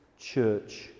Church